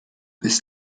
bis